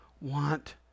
want